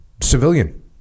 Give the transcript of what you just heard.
civilian